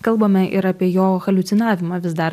kalbame ir apie jo haliucinavimą vis dar